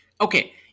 Okay